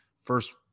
first